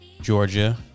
Georgia